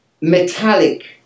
metallic